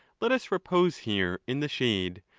let us repose here in the shade,